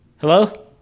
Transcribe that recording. Hello